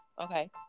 Okay